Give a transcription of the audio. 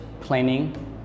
planning